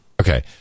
Okay